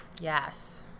Yes